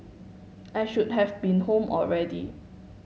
I should have been home already